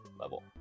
level